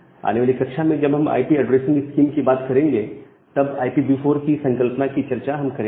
आने वाली कक्षा में जब हम आईपी ऐड्रेसिंग स्कीम की बात करेंगे तब IPv4 की संकल्पना की चर्चा हम करेंगे